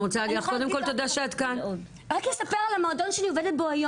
אני רוצה להגיד לך קודם כל תודה שאת כאן.